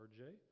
RJ